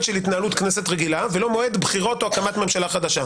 של התנהלות כנסת רגילה ולא מועד בחירות או הקמת כנסת חדשה.